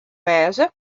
wêze